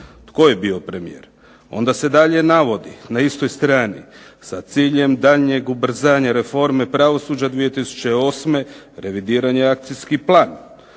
Tko je bio premijer? Onda se dalje navodi na istoj strani "Sa ciljem daljnjeg ubrzanja reforme pravosuđa 2008. revidiran ja akcijski plan".